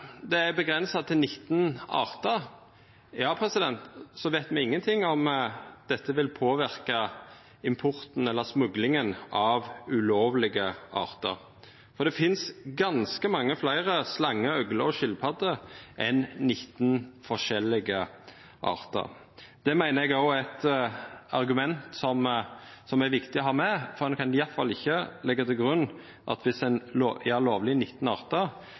det er avgrensa til 19 artar, veit me ingenting om dette vil påverka importen eller smuglinga av ulovlege artar, for det finst ganske mange fleire slangar, øgler og skjelpadder enn 19 forskjellige artar. Det meiner eg òg er eit argument som det er viktig å ha med, for ein kan iallfall ikkje leggja til grunn at om ein